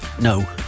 No